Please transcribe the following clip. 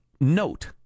Note